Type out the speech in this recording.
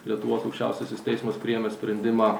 lietuvos aukščiausiasis teismas priėmė sprendimą